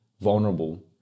vulnerable